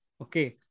Okay